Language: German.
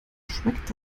schmeckt